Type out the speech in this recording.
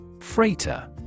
Freighter